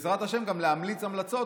ובעזרת השם גם נמליץ המלצות